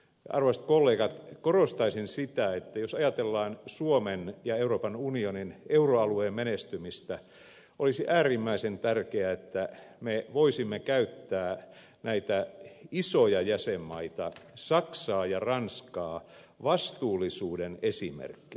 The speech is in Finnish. arvoisat kollegat korostaisin sitä että jos ajatellaan suomen ja euroopan unionin euroalueen menestymistä olisi äärimmäisen tärkeää että me voisimme käyttää näitä isoja jäsenmaita saksaa ja ranskaa vastuullisuuden esimerkkeinä